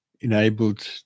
enabled